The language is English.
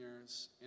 years